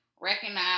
recognize